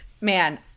Man